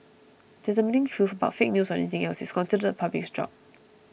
determining truth about fake news or anything else is considered the public's job